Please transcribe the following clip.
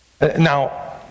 Now